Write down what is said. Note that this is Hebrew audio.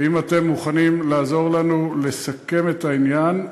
ואם אתם מוכנים לעזור לנו לסכם את העניין,